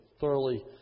thoroughly